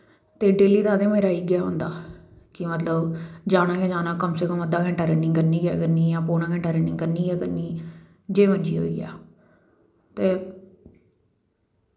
ते डेल्ली दा ते मेरा इयै होंदा कि मतलव जाना गै जाना कम से कम अध्दा घैंटा रनिंग करनी गै करनी जां पौंना घैंटा रनिंग करनी गै करनी जे मर्जी होई जा ते